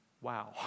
Wow